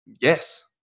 Yes